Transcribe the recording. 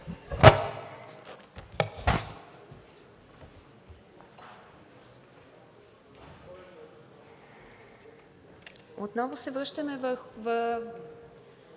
Отново се връщаме към